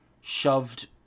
shoved